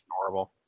horrible